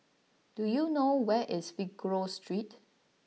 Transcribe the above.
do you know where is Figaro Street